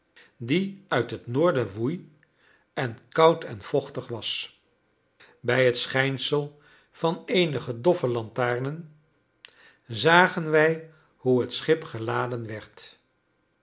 die uit het noorden woei en koud en vochtig was bij het schijnsel van eenige doffe lantaarnen zagen wij hoe het schip geladen werd